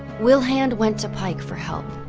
wilhand went to pike for help.